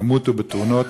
ימותו בתאונות",